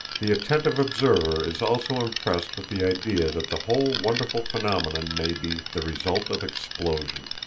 the attentive observer is also impressed with the idea that the whole wonderful phenomenon may be the result of explosion.